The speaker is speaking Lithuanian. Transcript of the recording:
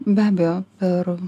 be abejo ir